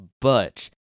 Butch